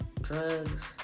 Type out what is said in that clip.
drugs